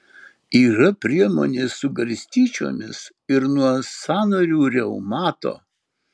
yra priemonė su garstyčiomis ir nuo sąnarių reumato